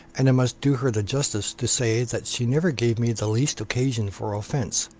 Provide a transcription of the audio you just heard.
and i must do her the justice to say, that she never gave me the least occasion for offence